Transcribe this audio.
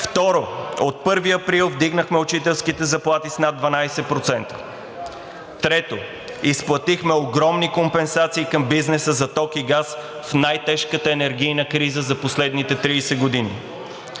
Второ, от 1 април вдигнахме учителските заплати с над 12%. Трето, изплатихме огромни компенсации към бизнеса за ток и газ в най-тежката енергийна криза за последните 30 години